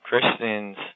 Christians